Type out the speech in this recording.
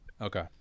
okay